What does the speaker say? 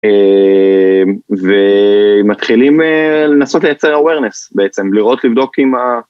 ומתחילים לנסות לייצר awareness בעצם, לראות לבדוק אם ה...